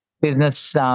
business